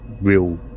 real